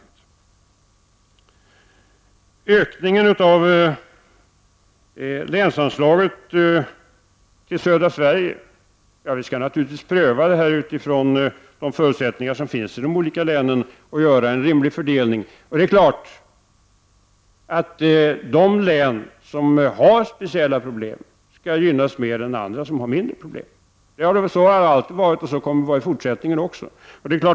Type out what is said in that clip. När det gäller frågan om ökningen av länsanslaget till södra Sverige, skall vi naturligtvis pröva detta utifrån de förutsättningar som finns i de olika länen och göra en rimlig fördelning. Det är klart att de län som har speciella problem skall gynnas mer än andra som har mindre problem. Så har det alltid varit, och så kommer det att vara i fortsättningen också.